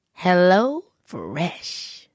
HelloFresh